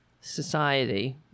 society